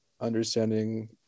understanding